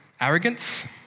Arrogance